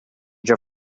già